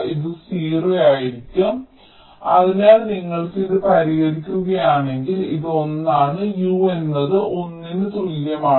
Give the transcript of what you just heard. ഇത് 0 ആയിരിക്കും അതിനാൽ നിങ്ങൾ ഇത് പരിഹരിക്കുകയാണെങ്കിൽ ഇത് 1 ആണ് U എന്നത് 1 ന് തുല്യമാണ്